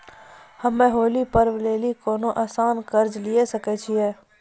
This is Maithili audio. हम्मय होली पर्व लेली कोनो आसान कर्ज लिये सकय छियै?